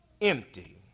empty